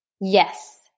Yes